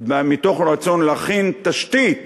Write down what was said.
מתוך רצון להכין תשתית